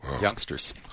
Youngsters